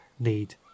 need